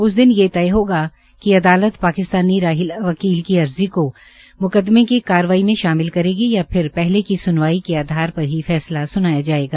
उस दिन ये तय होगा कि अदालत पाकिस्तानी राहिल वकील की अर्जी को म्कदमे की कार्रवाई में शामिल करेगा या फिर पहले की स्नवाई के आधार पर ही फैसला सुनाया जायेगा